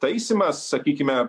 taisymas sakykime